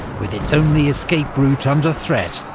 with its only escape route under threat,